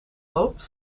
loopt